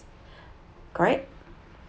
correct